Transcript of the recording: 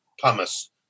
pumice